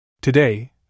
Today